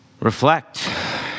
reflect